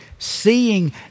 seeing